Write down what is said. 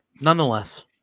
nonetheless